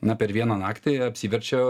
na per vieną naktį apsiverčia